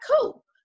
cool